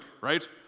Right